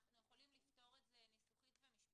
אנחנו יכולים לפתור את זה ניסוחית ומשפטית,